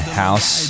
house